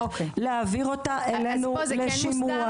להעביר אותה אלינו לשימוע,